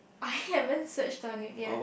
I haven't search on it yet